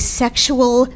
sexual